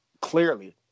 clearly